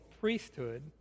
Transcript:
priesthood